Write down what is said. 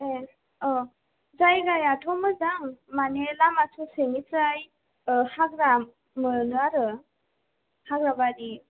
ए औ जायगायाथ' मोजां मानि लामा स'सेनिफ्राय हाग्रा मोनो आरो हाग्राबारि